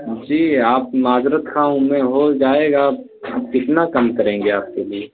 جی آپ معذرت خواہ ہوں میں ہو جائے گا آپ کتنا کم کریں گے آپ کے لیے